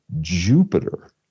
Jupiter